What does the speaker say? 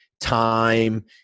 time